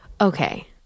Okay